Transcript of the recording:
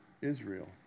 Israel